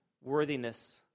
worthiness